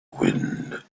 wind